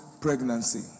pregnancy